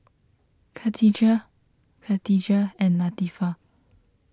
Khatijah Katijah and Latifa